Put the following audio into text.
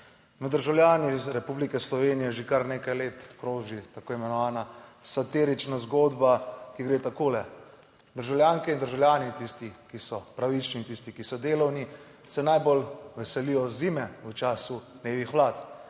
državljani Republike Slovenije že kar nekaj let kroži tako imenovana satirična zgodba, ki gre takole: državljanke in državljani, tisti ki so pravični in tisti, ki so delovni se najbolj veselijo zime v času levih vlad.